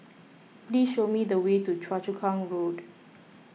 please show me the way to Choa Chu Kang Road